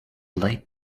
late